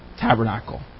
tabernacle